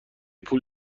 پول